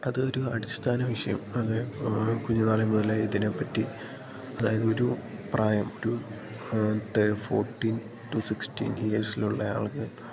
അത് ഒരു അടിസ്ഥാന വിഷയം അത് കുഞ്ഞുനാളേ മുതലേ ഇതിനെപ്പറ്റി അതായത് ഒരു പ്രായം ഒരു ഫോട്ടീൻ റ്റു സിക്സ്റ്റീൻ ഇയേഴ്സിലുള്ള ആളുകൾ